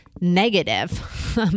negative